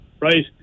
right